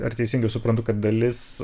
ar teisingai suprantu kad dalis